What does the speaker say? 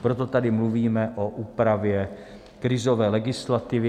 Proto tady mluvíme o úpravě krizové legislativy.